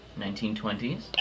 1920s